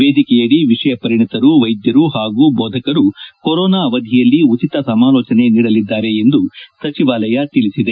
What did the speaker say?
ವೇದಿಕೆಯಡಿ ವಿಷಯ ಪರಿಣಿತರು ವೈದ್ಯರು ಹಾಗೂ ಬೋಧಕರು ಕೊರೋನಾ ಅವಧಿಯಲ್ಲಿ ಉಚಿತ ಸಮಾಲೋಚನೆ ನೀಡಲಿದ್ದಾರೆ ಎಂದು ಸಚಿವಾಲಯ ತಿಳಿಸಿದೆ